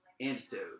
antidote